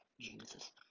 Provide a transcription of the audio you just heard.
Jesus